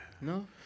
No